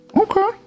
okay